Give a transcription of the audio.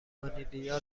مانیلا